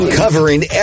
covering